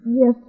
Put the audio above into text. Yes